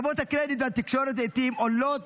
קרבות הקרדיט על תקשורת לעיתים עולים